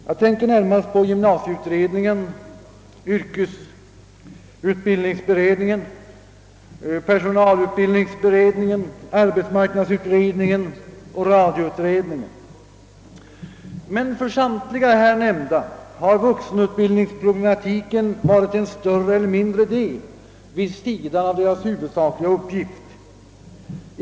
Jag tänker närmast på gymnasieutredningen, yrkesutbildningsoch personalutbildningsberedningarna samt arbetsmarknadsoch radioutredningarna. För samtliga här nämnda utredningsorgan har emellertid vuxenutbildningsproblematiken utgjort en större eller mindre del vid sidan av deras huvudsakliga uppgift.